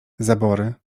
zabory